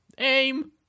Aim